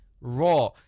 raw